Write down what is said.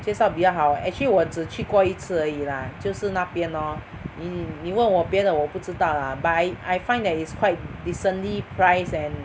介绍比较好 actually 我只去过一次而已 lah 就是那边 lor 你你问我别的我不知道 lah but I I find that is quite decently priced and